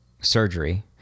surgery